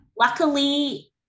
luckily